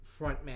frontman